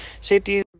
safety